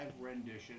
rendition